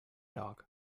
dog